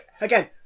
again